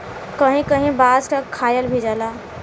कहीं कहीं बांस क खायल भी जाला